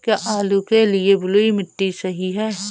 क्या आलू के लिए बलुई मिट्टी सही है?